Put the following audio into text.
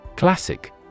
Classic